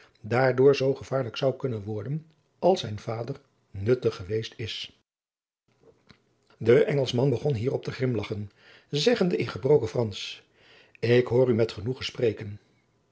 maurits lijnslager lijk zou kunnen worden als zijn vader nuttig geweest is de engelschman begon hierop te grimlagchen zeggende in gebroken fransch ik hoor u met genoegen spreken